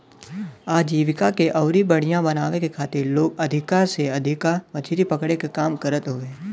आजीविका के अउरी बढ़ियां बनावे के खातिर लोग अधिका से अधिका मछरी पकड़े क काम करत हवे